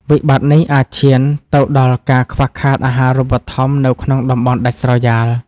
វិបត្តិនេះអាចឈានទៅដល់ការខ្វះខាតអាហារូបត្ថម្ភនៅក្នុងតំបន់ដាច់ស្រយាល។